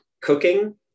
cooking